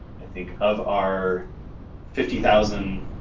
i think of our fifty thousand